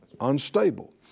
Unstable